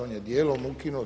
On je dijelom ukinut.